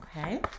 okay